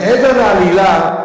מעבר לעלילה,